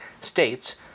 states